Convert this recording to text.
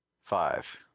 Five